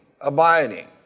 abiding